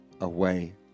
away